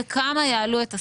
בכמה יעלו את השכר?